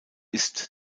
ist